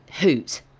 hoot